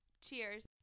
Cheers